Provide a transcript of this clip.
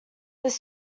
this